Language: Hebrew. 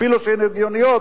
אפילו שהן הגיוניות,